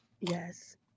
yes